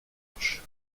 recherche